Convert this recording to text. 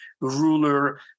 ruler